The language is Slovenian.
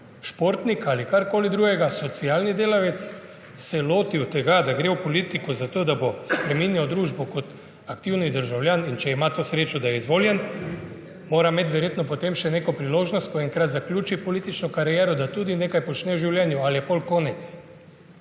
športnik ali karkoli drugega, socialni delavec, se lotil tega, da gre v politiko, zato da bo spreminjal družbo kot aktivni državljan, in če ima to srečo, da je izvoljen, mora imeti potem še neko priložnost, ko enkrat zaključi politično kariero, da tudi nekaj počne v življenja. Ali je potem konec?